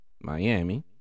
Miami